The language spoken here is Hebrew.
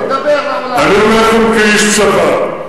אני אומר לכם כאיש צבא,